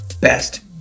best